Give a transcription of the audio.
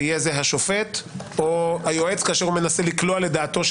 ויהא זה השופט או היועץ כאשר מנסה לקלוע לדעתו,